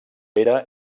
pere